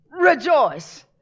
Rejoice